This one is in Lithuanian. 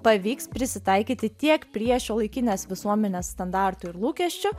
pavyks prisitaikyti tiek prie šiuolaikinės visuomenės standartų ir lūkesčių